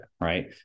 Right